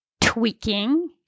tweaking